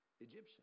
Egyptian